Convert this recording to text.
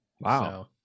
Wow